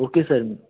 okay sir